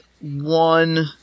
one